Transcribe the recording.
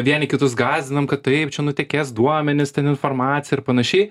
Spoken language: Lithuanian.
vieni kitus gąsdinam kad taip čia nutekės duomenys ten informacija ir panašiai